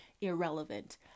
irrelevant